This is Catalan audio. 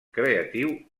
creatiu